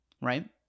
right